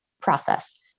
process